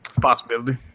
Possibility